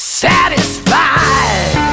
satisfied